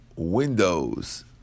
Windows